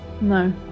no